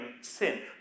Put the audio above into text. sin